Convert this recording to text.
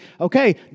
okay